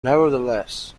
nevertheless